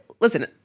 listen